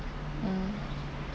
mm